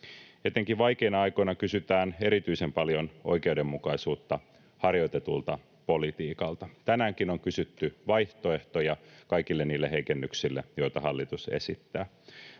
Etenkin vaikeina aikoina kysytään erityisen paljon oikeudenmukaisuutta harjoitetulta politiikalta. Tänäänkin on kysytty vaihtoehtoja kaikille niille heikennyksille, joita hallitus esittää.